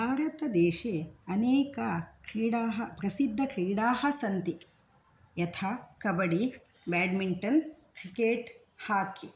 भारतदेशे अनेक क्रीडाः प्रसिद्धक्रीडाः सन्ति यथा कबड्डि बेड्मिन्टन् क्रिकेट् हाकि